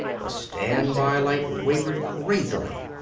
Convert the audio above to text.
the standby light wavered crazily.